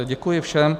Děkuji všem.